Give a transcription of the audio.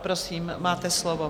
Prosím, máte slovo.